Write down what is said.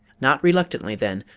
not reluctantly then,